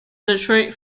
detroit